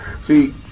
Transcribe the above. See